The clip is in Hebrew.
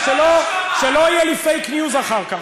שלא יהיה לי fake news אחר כך,